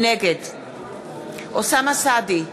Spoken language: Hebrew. נגד אוסאמה סעדי,